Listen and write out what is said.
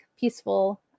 peaceful